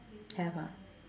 have ah